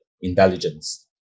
intelligence